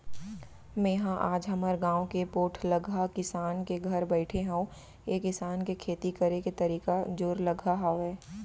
मेंहा आज हमर गाँव के पोठलगहा किसान के घर बइठे हँव ऐ किसान के खेती करे के तरीका जोरलगहा हावय